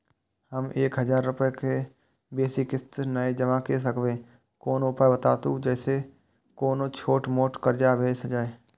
हम एक हजार रूपया से बेसी किस्त नय जमा के सकबे कोनो उपाय बताबु जै से कोनो छोट मोट कर्जा भे जै?